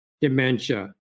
dementia